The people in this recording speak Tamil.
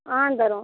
ஆ தரோம்